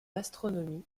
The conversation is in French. astronomie